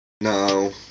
No